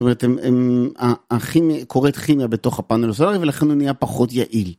זאת אומרת, קורית חימייה בתוך הפאנל ולכן הוא נהיה פחות יעיל.